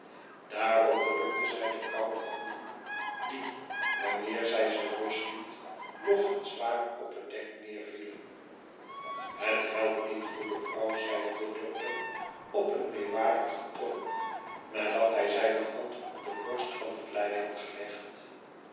daarop drukte zij de koude handen die wanneer zij ze losliet log en zwaar op het dek neervielen het helpt niet goede vrouw zeide de dokter op een meewarigen toon nadat hij zijne hand op de borst van het lijk had gelegd